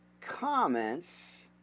comments